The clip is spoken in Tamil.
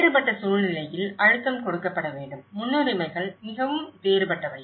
வேறுபட்ட சூழ்நிலையில் அழுத்தம் கொடுக்கப்பட வேண்டும் முன்னுரிமைகள் மிகவும் வேறுபட்டவை